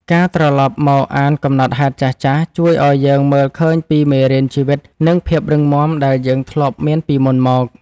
ការត្រឡប់មកអានកំណត់ហេតុចាស់ៗជួយឱ្យយើងមើលឃើញពីមេរៀនជីវិត និងភាពរឹងមាំដែលយើងធ្លាប់មានពីមុនមក។